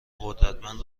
قدرتمند